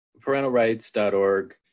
ParentalRights.org